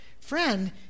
friend